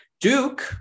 Duke